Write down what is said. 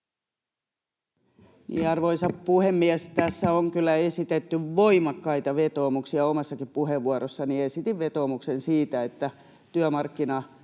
Arvoisa puhemies! Tässä on kyllä esitetty voimakkaita vetoomuksia. Omassakin puheenvuorossani esitin vetoomuksen siitä, että työmarkkinajärjestöt,